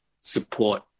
support